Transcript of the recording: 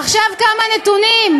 עכשיו, כמה נתונים,